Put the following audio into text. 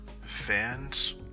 fans